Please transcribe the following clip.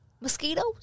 mosquitoes